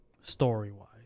story-wise